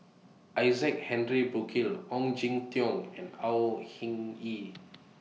Isaac Henry Burkill Ong Jin Teong and Au Hing Yee